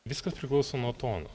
viskas priklauso nuo tono